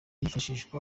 hifashishwa